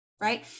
right